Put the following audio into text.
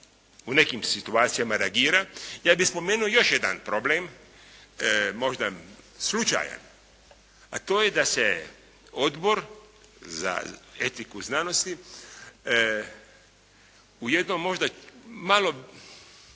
u nekim situacijama reagira ja bih spomenuo još jedan problem možda slučajan a to je da se Odbor za etiku znanosti u jednom možda malo